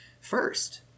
first